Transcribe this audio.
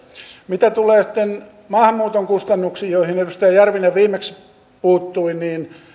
mitä tulee sitten maahanmuuton kustannuksiin joihin edustaja järvinen viimeksi puuttui niin